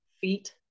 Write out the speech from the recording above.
feet